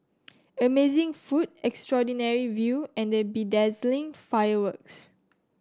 amazing food extraordinary view and bedazzling fireworks